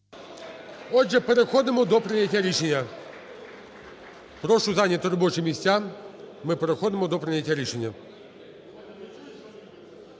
Отже, переходимо до прийняття рішення. Прошу зайняти робочі місця, ми переходимо до прийняття рішення.